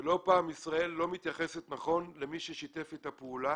לא פעם ישראל לא מתייחסת נכון למי ששיתף איתה פעולה